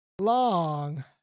long